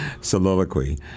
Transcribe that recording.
Soliloquy